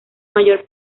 mayor